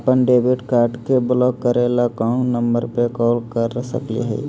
अपन debit card के block करे ला कौन नंबर पे कॉल कर सकली हई?